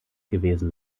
gewesen